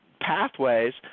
pathways